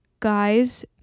guys